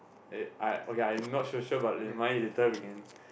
uh I okay I not sure but nevermind later we can